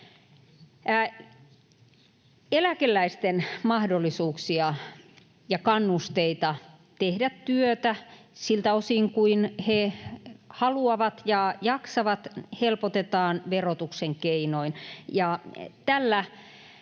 Eläkeläisten mahdollisuuksia ja kannusteita tehdä työtä siltä osin kuin he haluavat ja jaksavat helpotetaan verotuksen keinoin.